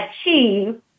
achieve